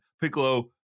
Piccolo